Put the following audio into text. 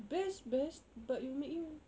best best but it will make you